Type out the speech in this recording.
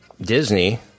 Disney